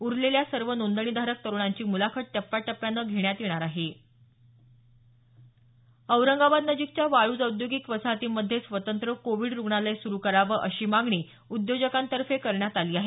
उरलेल्या सर्व नोंदणीधारक तरूणांची मुलाखत टप्प्या टप्प्याने घेण्यात येणार आहे औरंगाबाद नजिकच्या वाळूज औद्योगिक वसाहतीमधे स्वतंत्र कोविड रुग्णालय सुरू करावं अशी मागणी उद्योजकांतर्फे करण्यात आली आहे